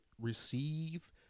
receive